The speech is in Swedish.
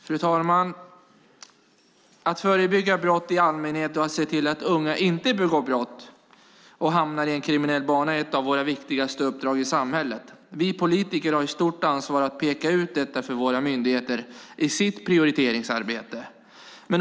Fru talman! Att förebygga brott i allmänhet och att se till att unga inte begår brott och hamnar i en kriminell bana är ett av våra viktigaste uppdrag i samhället. Vi politiker har ett stort ansvar att peka ut detta för våra myndigheter i deras prioriteringsarbete.